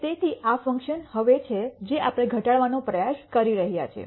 તેથી આ ફંક્શન હવે છે જે આપણે ઘટાડવાનો પ્રયાસ કરી રહ્યા છીએ